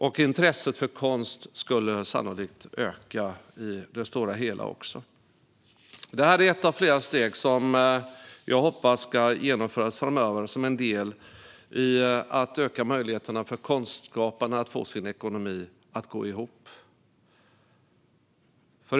Och intresset för konst skulle sannolikt öka. Det här är ett steg av flera som jag hoppas ska genomföras framöver, som en del i att öka möjligheterna för konstskapare att få ekonomin att gå ihop.